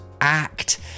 act